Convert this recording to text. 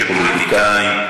אני מקווה שפוליטיקאים,